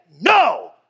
no